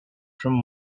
from